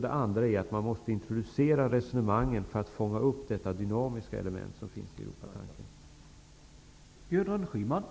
Den andra är att man måste introducera dessa resonemang för att fånga upp det dynamiska element som finns i Europatanken.